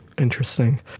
interesting